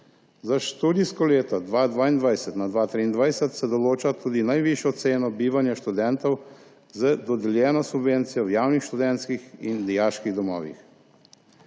Za študijsko leto 2022/2023 se določa tudi najvišja cena bivanja študentov z dodeljeno subvencijo v javnih študentskih in dijaških domovih.